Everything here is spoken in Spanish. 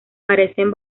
parecen